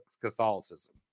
Catholicism